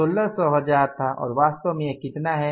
1600000 और वास्तव में यह कितना है